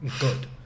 good